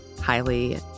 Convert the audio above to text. highly